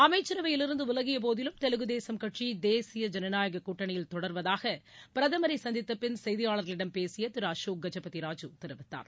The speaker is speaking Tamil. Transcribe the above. அமைச்சரவையிலிருந்து விலகியபோதிலும் தெலுங்குதேசம் கட்சி தேசிய ஜனநாயக கூட்டணியில் தொடருவதாக பிரதமரை சந்தித்த பின் செய்தியாளர்களிடம் பேசிய திரு அசோக் கஜபதி ராஜூ தெரிவித்தார்